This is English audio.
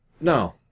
No